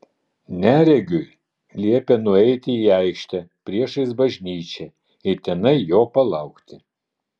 neregiui liepė nueiti į aikštę priešais bažnyčią ir tenai jo palaukti